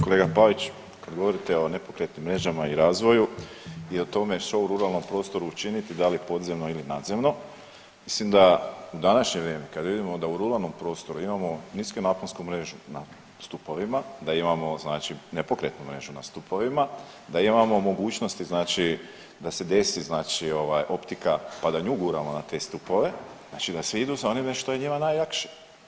Kolega Pavić, kada govorite o nepokretnim mrežama i o razvoju i o tome što u ruralnom prostoru učiniti, da li podzemno ili nadzemno, mislim da u današnje vrijeme kada vidimo da u ruralnom prostoru imamo nisku naponsku mrežu na stupovima, da imamo nepokretnu mrežu na stupovima, da imamo mogućnosti da se desi optika pa da nju guramo na te stupove, znači da svi idu s onime što je njima najlakše.